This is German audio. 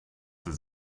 dass